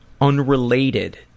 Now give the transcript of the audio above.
unrelated